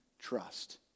trust